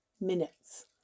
minutes